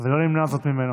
ולא נמנע זאת ממנו.